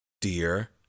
dear